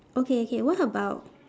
okay K what about